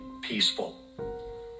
peaceful